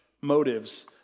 motives